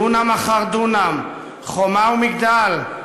דונם אחר דונם, חומה ומגדל,